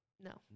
no